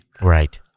Right